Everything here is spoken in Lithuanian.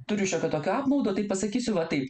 turi šiokio tokio apmaudo tai pasakysiu va taip